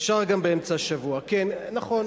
אפשר גם באמצע השבוע, כן, נכון.